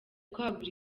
kwagura